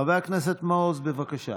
אני חושב שציבור גדול של בוחרים יכולים